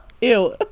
Ew